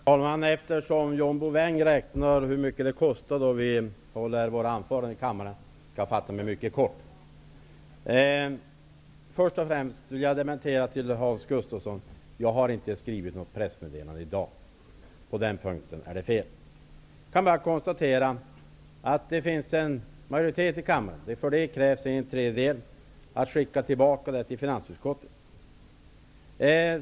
Herr talman! Eftersom John Bouvin har räknat ut hur mycket det kostar att hålla anföranden i kammaren skall jag fatta mig mycket kort. Först och främst vill jag dementera Hans Gustafssons påstående: Jag har inte skrivit något pressmeddelande i dag. Jag kan bara konstatera att det finns en majoritet i kammaren -- det krävs alltså en tredjedel av ledamöterna -- för att skicka tillbaka betänkandet till finansutskottet.